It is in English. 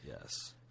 yes